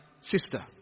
sister